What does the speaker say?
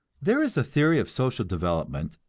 there is a theory of social development,